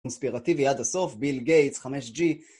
קונספירטיבי עד הסוף, ביל גייטס, 5G